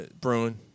Bruin